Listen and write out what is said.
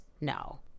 No